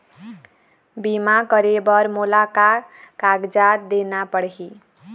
बीमा करे बर मोला का कागजात देना पड़ही?